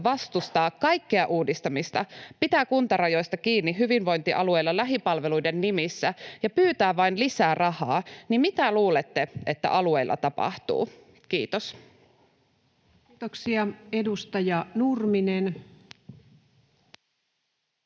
vastustaa kaikkea uudistamista, pitää kuntarajoista kiinni hyvinvointialueilla lähipalveluiden nimissä ja pyytää vain lisää rahaa, niin mitä luulette, että alueilla tapahtuu? — Kiitos. Kiitoksia. — Edustaja Nurminen.